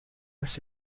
was